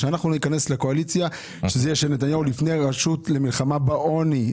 כשאנחנו ניכנס לקואליציה של נתניהו תהיה רשות למלחמה בעוני,